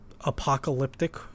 apocalyptic